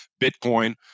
Bitcoin